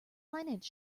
finance